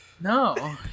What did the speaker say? No